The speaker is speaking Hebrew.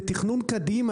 זה תכנון קדימה.